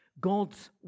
God's